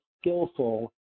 skillful